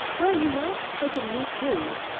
well, you might have taken me, too.